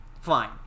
Fine